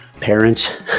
parents